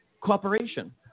Cooperation